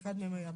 אחד מהם היה פה.